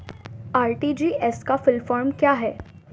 RTGS का full form क्या है?